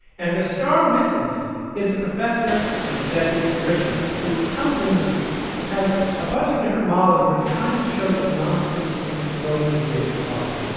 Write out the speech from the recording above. and the star witness is a professor named jesse richman who comes in and has a bunch of different models where he's trying to show that noncitizen voting is a major problem.